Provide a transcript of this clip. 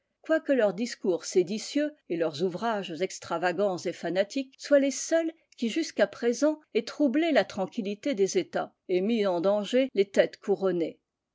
quoique leurs discours séditieux et leurs ouvrages extravagants et fanatiques soient les seuls qui jusqu'à présent aient troublé la tranquillité des états et mis en danger les têtes couronnées